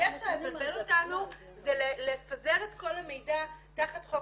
הדרך של לבלבל אותנו זה לפזר את כל המידע תחת חוק